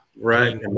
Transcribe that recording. Right